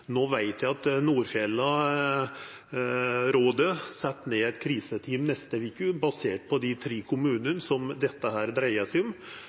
veit eg at Nordfjellarådet set ned eit kriseteam neste veke, basert på dei tre kommunane dette dreier seg om.